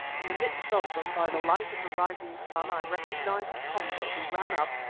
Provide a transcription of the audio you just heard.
in the midst of them, by the light of the rising sun, i recognised komba, who ran up,